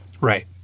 Right